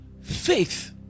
Faith